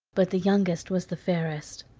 but the youngest was the fairest.